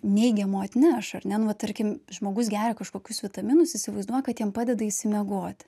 neigiamo atneš ar ne nu va tarkim žmogus geria kažkokius vitaminus įsivaizduoja kad jam padeda išsimiegoti